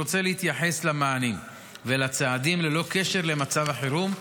אני רוצה להתייחס למענים ולצעדים ללא קשר למצב החירום,